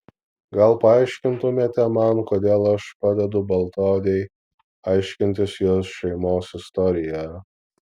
gal paaiškintumėte man kodėl aš padedu baltaodei aiškintis jos šeimos istoriją